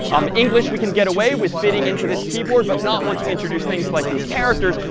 um english, we can get away with fitting into this keyboard, but not once we introduce things like these characters,